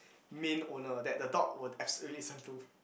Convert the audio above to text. main owner that the dog will absolutely listen to